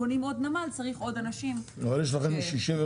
נמל שלם,